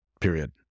period